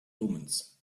omens